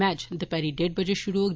match दपैहरी डेड बजे शुरु होग